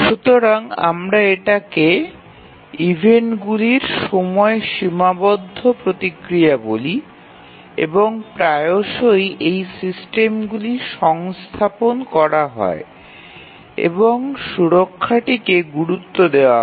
সুতরাং আমরা এটাকে ইভেন্টগুলির সময় সীমাবদ্ধ প্রতিক্রিয়া বলি এবং প্রায়শই এই সিস্টেমগুলি সংস্থাপন করা হয় এবং সুরক্ষাটিকে গুরুত্ব দেওয়া হয়